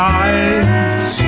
eyes